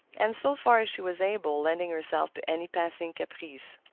and, so far as she was able, lending herself to any passing caprice.